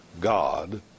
God